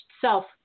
self